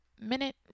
minute